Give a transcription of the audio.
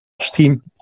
team